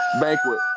Banquet